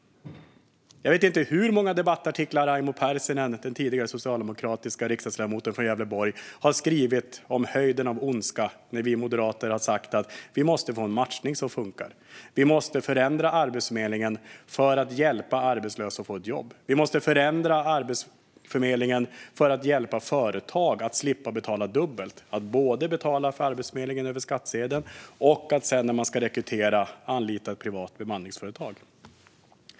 Jag vet inte hur många debattartiklar Raimo Pärssinen, den tidigare socialdemokratiska riksdagsledamoten från Gävleborg, har skrivit om höjden av ondska när vi moderater har sagt att vi måste få en matchning som funkar, att vi måste förändra Arbetsförmedlingen för att hjälpa arbetslösa att få jobb och att vi måste förändra Arbetsförmedlingen för att hjälpa företag att slippa betala dubbelt - både för Arbetsförmedlingen via skattsedeln och sedan, när de ska rekrytera, för att anlita ett privat bemanningsföretag.